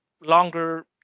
longer